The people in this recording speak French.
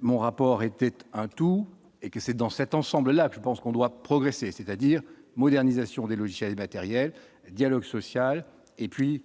mon rapport était un tout et que c'est dans cet ensemble-là, je pense qu'on doit progresser, c'est-à-dire modernisation des logiciels et matériels, dialogue social et puis